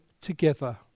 together